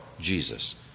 Jesus